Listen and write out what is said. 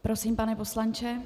Prosím, pane poslanče.